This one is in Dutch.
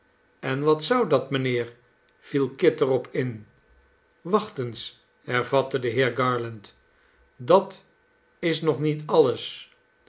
en wat zou dat mijnheer viel kit er op in wacht eens hervatte de heer garland dat is nog niet alles